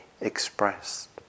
expressed